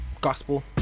gospel